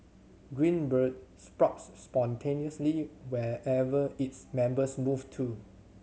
Green Bird sprouts spontaneously wherever its members move to